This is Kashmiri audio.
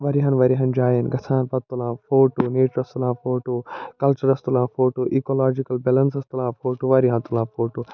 واریاہَن واریاہَن جایَن گژھان پتہٕ تُلان فوٹو نٮ۪چٕرَس تُلان فوٹو کَلچَرَس تُلان فوٹو ایٖکَلاجِکَل بٮ۪لَنسَس تُلان فوٹو واریاہَن تُلان فوٹو